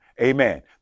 Amen